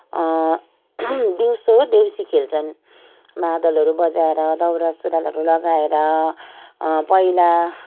दिउँसो देउँसी खेल्छन् मादलहरू बजाएर दौरा सुरुवालहरू लगाएर पहिला